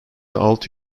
altı